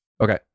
Okay